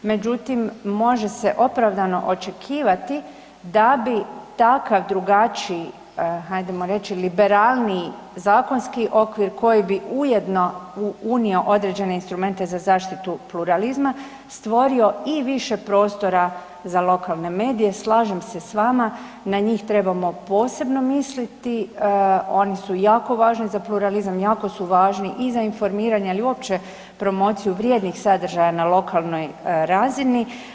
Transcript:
Međutim se opravdano očekivati da bi takav drugačiji hajdemo reći, liberalniji zakonski okvir koji bi ujedno unio određene instrumente za zaštitu pluralizma, stvorio i više prostora za lokalne medije, slažem se s vama, na njih trebamo posebno misliti, oni su jako važni za pluralizam, jako su važni i za informiranje ali i uopće promociju vrijednih sadržaja na lokalnoj razini.